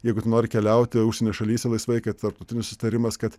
jeigu tu nori keliauti užsienio šalyse laisvai kad tarptautinis susitarimas kad